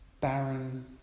barren